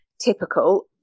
typical